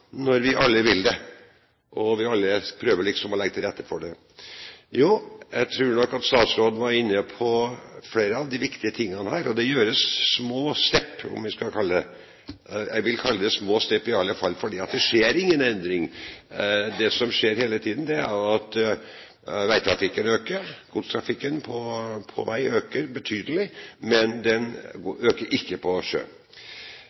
når vi alle vil det og vi alle liksom prøver å legge til rette for det? Jo, jeg tror nok at statsråden var inne på flere av de viktige tingene her. Det gjøres små «step», om vi skal kalle det det. Jeg vil kalle det små step i alle fall, for det skjer ingen endring. Det som skjer hele tiden, er at veitrafikken øker. Godstrafikken på vei øker betydelig, men den øker ikke på sjø.